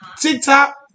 TikTok